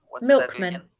milkman